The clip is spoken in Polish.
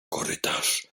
korytarz